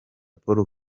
paul